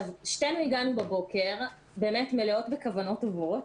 שתינו הגענו בבוקר באמת מלאות בכוונות טובות.